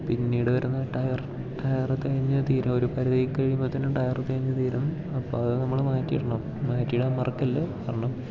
പിന്നീട് വരുന്ന tyre tyre തേഞ്ഞ് തീരും ഒരു പരിധി കഴിയുമ്പോഴത്തേനും ടയർ തേഞ്ഞ് തീരും അപ്പം അത് നമ്മൾ മാറ്റിയിടണം മാറ്റിയിടാൻ മറക്കല്ലേ കാരണം